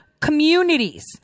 communities